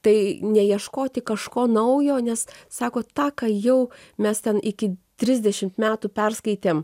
tai neieškoti kažko naujo nes sako tą ką jau mes ten iki trisdešimt metų perskaitėm